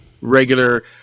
regular